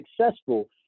successful